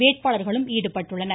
வேட்பாளர்களும் ஈடுபட்டுள்ளனர்